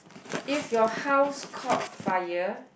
if your house caught fire